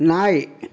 நாய்